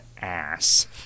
ass